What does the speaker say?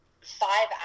five